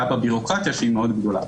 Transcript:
הפגיעה בבירוקרטיה שהיא מאוד גדולה.